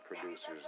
producers